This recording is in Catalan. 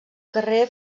carrer